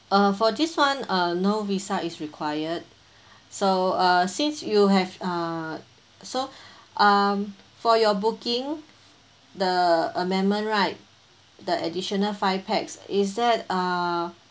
uh for this [one] uh no visa is required so uh since you have uh so um for your booking the amendment right the additional five pax is that uh